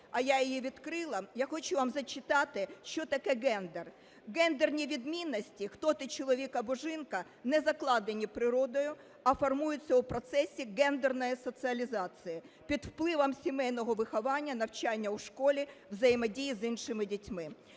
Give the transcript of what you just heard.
а я її відкрила, я хочу вам зачитати, що таке гендер. Гендерні відмінності – хто ти, чоловік або жінка, – не закладені природою, а формуються у процесі гендерної соціалізації: під впливом сімейного виховання, навчання у школі, взаємодії з іншими дітьми.